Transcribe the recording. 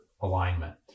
alignment